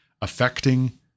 affecting